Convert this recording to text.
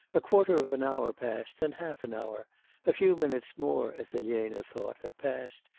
a quarter of an hour passed, then half an hour a few minutes more, as elena thought, had passed,